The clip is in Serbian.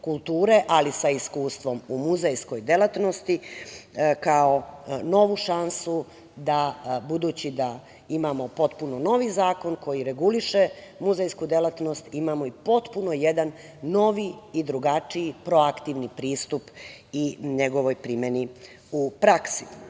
ali sa iskustvom u muzejskoj delatnosti, kao novu šansu. Budući da imamo potpuno novi zakon koji reguliše muzejsku delatnost, imamo i potpuno jedan novi i drugačiji, proaktivni pristup i njegovoj primeni u praksi,